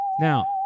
Now